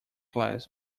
class